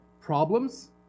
problems